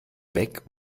weg